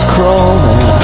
crawling